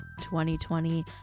2020